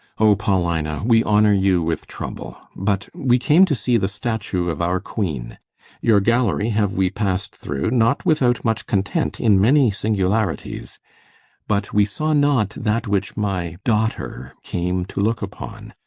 o paulina, we honour you with trouble but we came to see the statue of our queen your gallery have we pass'd through, not without much content in many singularities but we saw not that which my daughter came to look upon,